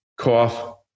cough